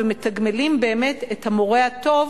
ומתגמלים באמת את המורה הטוב,